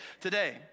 today